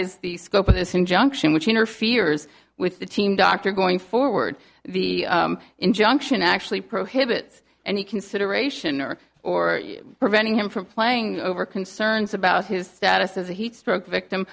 is the scope of this injunction which interferes with the team doctor going forward the injunction actually prohibits any consideration or or preventing him from playing over concerns about his status as a heat stroke victim